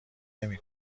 نمی